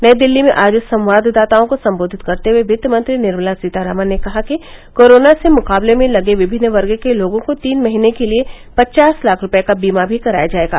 नई दिल्ली में आज संवाददाताओं को संबोधित करते हए वित्त मंत्री निर्मला सीतारामन ने कहा कि कोरोना से मुकाबले में लगे विभिन्न वर्ग के लोगों को तीन महीने के लिए पचास लाख रूपये का बीमा भी कराया जाएगा